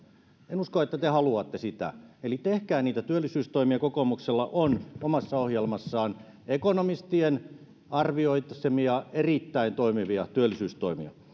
en usko että te haluatte sitä eli tehkää niitä työllisyystoimia kokoomuksella on omassa ohjelmassaan ekonomistien arvioimia erittäin toimivia työllisyystoimia